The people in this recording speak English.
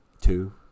Two